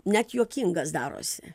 net juokingas darosi